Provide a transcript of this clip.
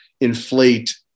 inflate